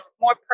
more